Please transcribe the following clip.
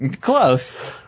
Close